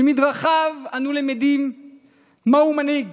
שמדרכיו אנו למדים מיהו מנהיג